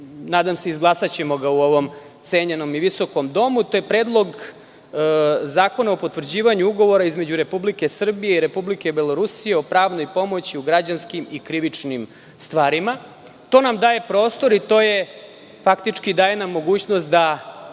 nadam se izglasati u ovom cenjenom i visokom domu, je Predlog zakona o potvrđivanju Ugovora između Republike Srbije i Republike Belorusije o pravnoj pomoći o građanskim i krivičnim stvarima. To nam daje prostor i mogućnost da